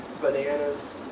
Bananas